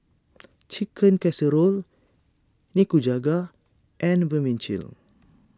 Chicken Casserole Nikujaga and Vermicelli